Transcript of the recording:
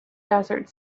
desert